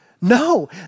No